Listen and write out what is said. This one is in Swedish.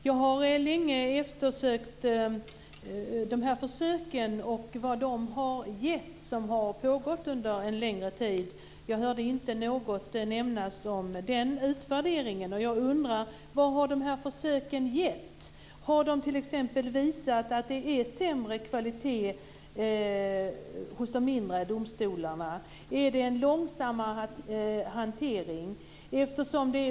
Jag har länge eftersökt vad de försök som har pågått under en längre tid har gett. Jag hörde inte något nämnas om den utvärderingen. Jag undrar: Vad har de här försöken gett? Har de t.ex. visat att det är sämre kvalitet hos de mindre domstolarna? Är det en långsammare hantering?